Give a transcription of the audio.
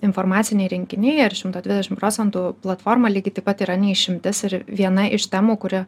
informaciniai rinkiniai ar šimto dvidešim procentų platforma lygiai taip pat yra ne išimtis ir viena iš temų kuri